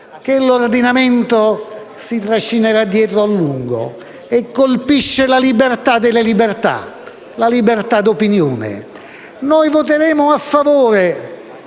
che l'ordinamento si trascinerà a lungo e colpisce la libertà delle libertà: la libertà di opinione. Noi voteremo a favore